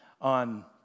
on